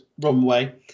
runway